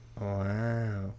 Wow